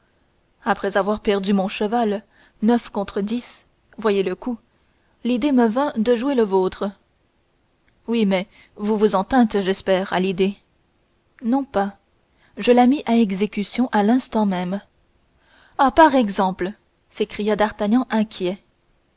après avoir perdu mon cheval neuf contre dix voyez le coup l'idée me vint de jouer le vôtre oui mais vous vous en tîntes j'espère à l'idée non pas je la mis à exécution à l'instant même ah par exemple s'écria d'artagnan inquiet